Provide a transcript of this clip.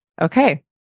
Okay